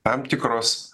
tam tikros